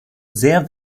sehr